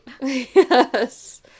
Yes